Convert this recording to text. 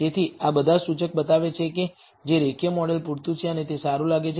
તેથી આ બધા સૂચક બતાવે છે કે જે રેખીય મોડેલ પૂરતું છે અને તે સારું લાગે છે